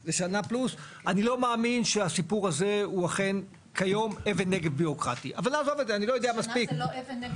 אני לא מאמין שהסיפור הזה הוא אכן, כיום, אבן נגף